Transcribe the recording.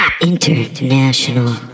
International